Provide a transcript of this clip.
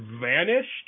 vanished